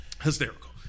Hysterical